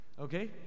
Okay